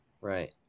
right